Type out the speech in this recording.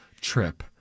trip